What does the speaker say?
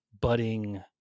budding